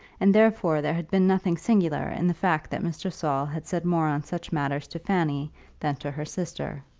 and therefore there had been nothing singular in the fact that mr. saul had said more on such matters to fanny than to her sister.